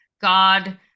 God